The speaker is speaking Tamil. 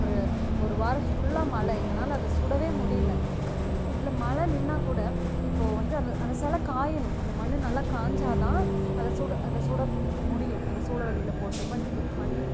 ஒரு ஒரு வாரம் ஃபுல்லாக மழை எங்களால் அதை சுடவே முடியல இதில் மழை நின்னால் கூட இப்போது வந்து அந்த அந்த சில காயணும் அந்த மண்ணு நல்லா காஞ்சால் தான் அதை சுட அதை சுட முடியும் அந்த சூழ வலையில் போட்டு பட் இது மண்ணு